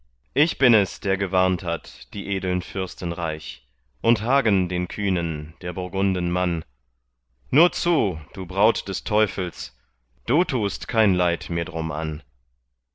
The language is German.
ich bin es der gewarnt hat die edeln fürsten reich und hagen den kühnen der burgunden mann nur zu du braut des teufels du tust kein leid mir drum an